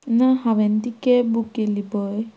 ना हांवेंन ती कॅब बूक केल्ली पय